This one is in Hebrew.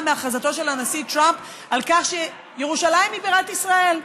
מהכרזתו של הנשיא טראמפ על כך שירושלים היא בירת ישראל.